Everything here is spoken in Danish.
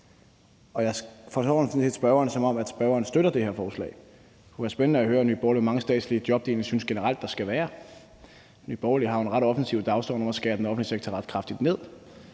Jeg forstår spørgeren sådan, at spørgeren støtter det her forslag. Det kunne være spændende at høre Nye Borgerlige, hvor mange statslige job de egentlig synes der generelt skal være. Nye Borgerlige har jo en ret offensiv dagsorden om at skære den offentlige sektor ret kraftigt ned.